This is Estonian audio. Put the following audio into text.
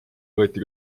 võeti